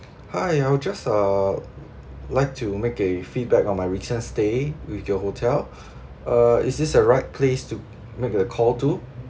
hi I would just uh like to make a feedback on my recent stay with your hotel uh is this the right place to make a call to